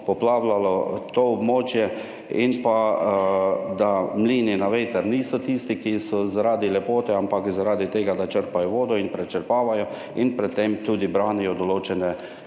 poplavljalo to območje, in pa, da mlini na veter niso tisti, ki so zaradi lepote, ampak zaradi tega, da črpajo vodo in prečrpavajo in pred tem tudi branijo določene,